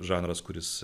žanras kuris